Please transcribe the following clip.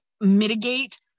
mitigate